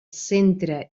centre